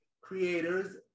creators